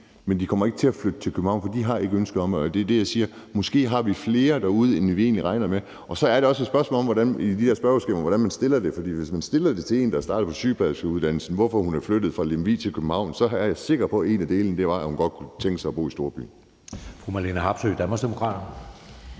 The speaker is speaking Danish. men de kommer ikke til at flytte til København, for de har ikke ønsket om det. Det er det, jeg siger. Måske har vi flere derude, end vi egentlig regner med. Så er det også et spørgsmål om, hvordan man i de her spørgeskemaer stiller spørgsmålet. For hvis man stiller spørgsmålet til en, der er startet på sygeplejerskeuddannelsen, altså hvorfor hun er flyttet fra landet til København, så er jeg sikker på, at en af grundene var, at hun godt kunne tænke sig at bo i storbyen.